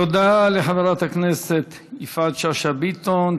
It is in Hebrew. תודה לחברת הכנסת יפעת שאשא ביטון.